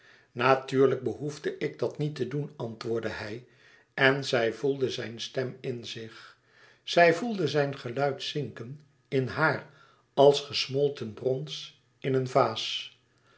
natuurlijk behoefde ik dat niet te doen antwoordde hij en zij voelde zijn stem in zich zij voelde zijn geluid zinken in haar als gesmolten brons in eene vaas